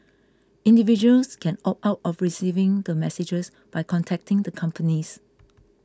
individuals can opt out of receiving the messages by contacting the companies